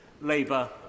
Labour